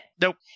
Nope